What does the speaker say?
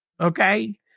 Okay